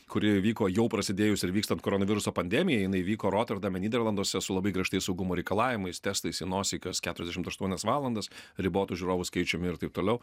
kuri vyko jau prasidėjus ir vykstant koronaviruso pandemijai jinai vyko roterdame nyderlanduose su labai griežtais saugumo reikalavimais testais į nosį kas keturiasdešimt aštuonias valandas ribotu žiūrovų skaičiumi ir taip toliau